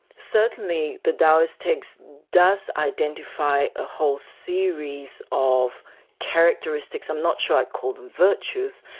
certainly the daoist text does identify a whole series of characteristics, i'm not sure i call them virtues,